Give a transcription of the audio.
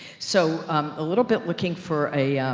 so a little bit looking for a, ah,